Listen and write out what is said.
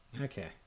Okay